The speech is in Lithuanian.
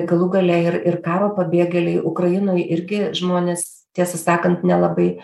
galų gale ir ir karo pabėgėliai ukrainoj irgi žmonės tiesą sakant nelabai